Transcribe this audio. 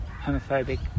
homophobic